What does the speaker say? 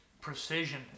precision